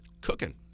cooking